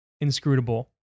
inscrutable